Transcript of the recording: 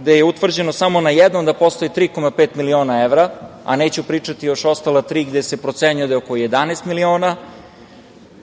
gde je utvrđeno samo na jednom da postoje 3,5 miliona evra, a neću pričati o ostala tri, gde se procenjuje da je oko 11 miliona,